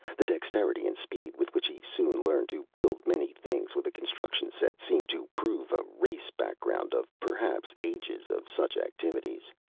the dexterity and speed with which he soon learned to build many things with a construction set seemed to prove a race background of perhaps ages of such activities.